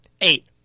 Eight